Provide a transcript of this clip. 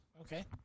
Okay